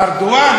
ארדואן?